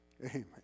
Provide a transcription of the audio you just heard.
Amen